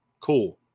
Cool